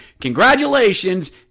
Congratulations